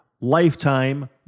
lifetime